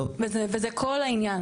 וזה כל העניין,